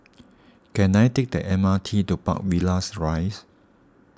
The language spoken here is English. can I take the M R T to Park Villas Rise